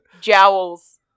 Jowls